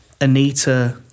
Anita